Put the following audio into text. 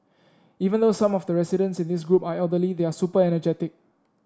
even though some of the residents in this group are elderly they are super energetic